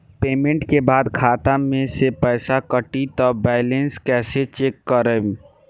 Payment के बाद खाता मे से पैसा कटी त बैलेंस कैसे चेक करेम?